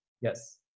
Yes